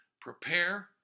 prepare